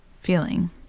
feeling